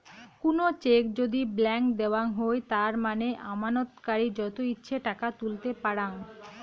কুনো চেক যদি ব্ল্যান্ক দেওয়াঙ হই তার মানে আমানতকারী যত ইচ্ছে টাকা তুলতে পারাং